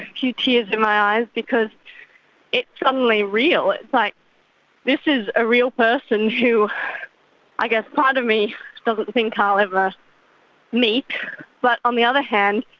a few tears in my eyes because it's suddenly real. it's like but this is a real person who i guess part of me doesn't think i'll ever meet but, on the other hand,